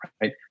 right